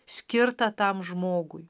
skirtą tam žmogui